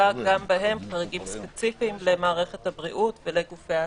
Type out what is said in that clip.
גם בהן דרגים ספציפיים למערכת הבריאות ולגופי ההצלה.